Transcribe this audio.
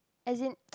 as in